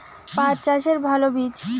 পাঠ চাষের ভালো বীজ?